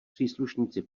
příslušníci